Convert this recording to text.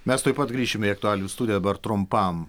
mes tuoj pat grįšime į aktualijų studiją dabar trumpam